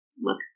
look